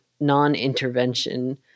non-intervention